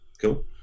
Cool